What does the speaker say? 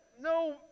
no